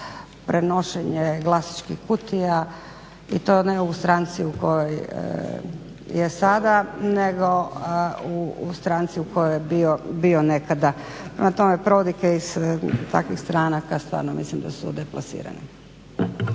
prenošenje glasačkih kutija i to ne u stranci u kojoj je sada nego u stranci u kojoj je bio nekada. Prema tome, prodike iz takvih stranaka stvarno mislim da su deplasirane.